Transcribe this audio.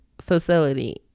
facility